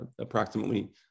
approximately